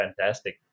fantastic